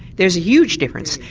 there's a huge difference.